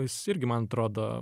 jis irgi man atrodo